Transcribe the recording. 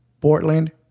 Portland